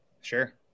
Sure